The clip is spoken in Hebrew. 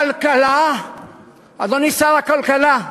אדוני שר הכלכלה,